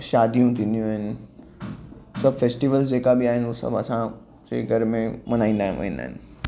शादियूं थींदियूं आहिनि सभु फेस्टिवल्स जेका बि आहिनि उहे सभु असांजे घर में मल्हाईंदा वेंदा आहिनि